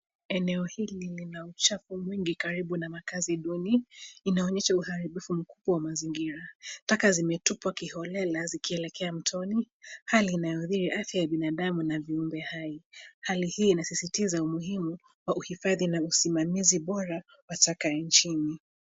Eneo hili lina uchafu mwingi karibu na makazi duni. Inaonyesha uharibifu mkubwa wa mazingira; taka zimetupwa kiholela zikielekea mtoni. Hali inayothiri binadamu na viumbe hai. Hali hii inasisitiza umuhimu wa uhifadhi na usimamizi bora wa taka nchini.